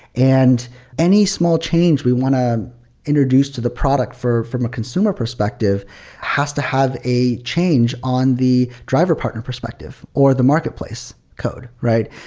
and any small change we want to introduce to the product from a consumer perspective has to have a change on the driver partner perspective or the marketplace code, right?